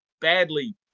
badly